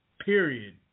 period